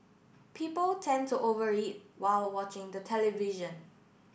people tend to over eat while watching the television